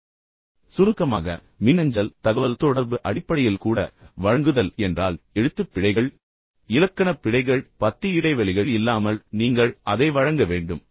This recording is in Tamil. எனவே சுருக்கமாக மின்னஞ்சல் தகவல்தொடர்பு அடிப்படையில் கூட வழங்குதல் என்றால் எழுத்துப் பிழைகள் இலக்கணப் பிழைகள் பத்தி இடைவெளிகள் இல்லாமல் நீங்கள் அதை வழங்க வேண்டும்